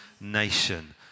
nation